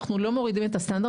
אנחנו לא מורידים את הסטנדרט,